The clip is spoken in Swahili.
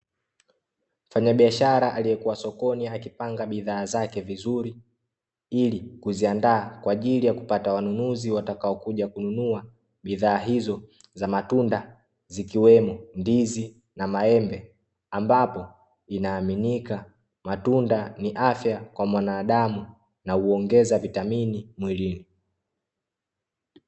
Mfanyabiashara aliyekuwa sokoni akipanga bidhaa zake vizuri, ili kuziandaa kwa ajili ya kupata wanunuzi watakaokuja kununua bidhaa hizo za matunda, zikiwemo; ndizi na maembe, ambapo inaaminika matunda ni afya kwa mwanadamu na huongeza vitamini mwilini.